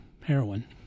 heroin